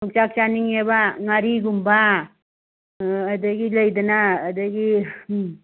ꯌꯣꯡꯆꯥꯛ ꯆꯥꯅꯤꯡꯉꯦꯕ ꯉꯥꯔꯤꯒꯨꯝꯕ ꯑꯗꯒꯤ ꯂꯩꯗꯅ ꯑꯗꯒꯤ